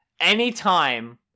anytime